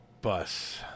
bus